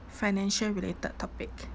financial related topic